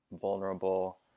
vulnerable